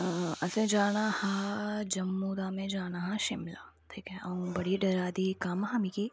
असें जाना हा जम्मू दा जाना हा में शिमला अंऊ बड़ा डरा दी ही कम्म हा मिगी